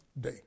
day